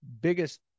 biggest